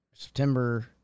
September